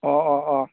ꯑꯣ ꯑꯣ ꯑꯣ